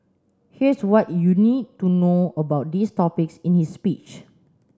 here's what you need to know about these topics in his speech